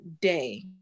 day